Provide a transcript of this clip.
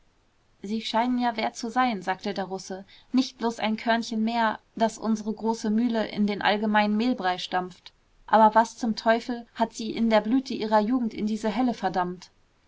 sie scheinen ja wer zu sein sagte der russe nicht bloß ein körnchen mehr das unsere große mühle in den allgemeinen mehlbrei stampft aber was zum teufel hat sie in der blüte ihrer jugend in diese hölle verdammt